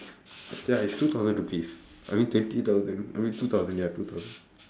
ya it's two thousand per piece I mean twenty thousand I mean two thousand ya two thousand